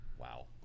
Wow